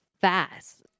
fast